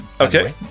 Okay